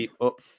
up